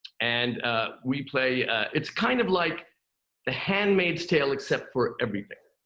and ah we play it's kind of like the handmaid's tale, except for everything.